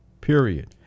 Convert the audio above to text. period